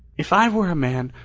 if i were a man,